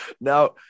Now